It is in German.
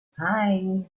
hei